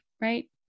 right